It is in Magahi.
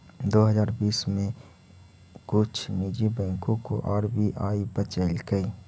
दो हजार बीस में कुछ निजी बैंकों को आर.बी.आई बचलकइ